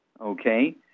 Okay